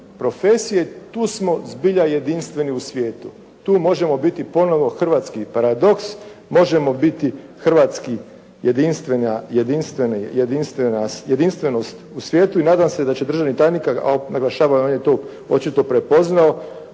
profesije. Tu smo zbilja jedinstveni u svijetu. Tu možemo biti ponovo hrvatski paradoks. Možemo biti hrvatski jedinstvena, jedinstveni, jedinstvenost u svijetu i nadam se da će državni tajnik a on naglašava i on je to očito prepoznao